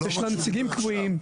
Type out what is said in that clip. יש לה נציגים קבועים.